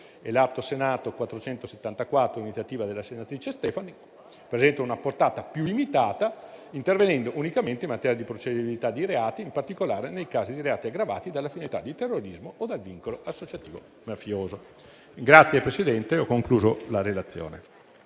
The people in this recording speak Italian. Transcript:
e l'Atto Senato 474, di iniziativa della senatrice Stefani, presentano una portata più limitata, intervenendo unicamente in materia di procedibilità di reati, in particolare nei casi di reati aggravati dalla criminalità di terrorismo o dal vincolo associativo mafioso.